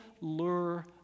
lure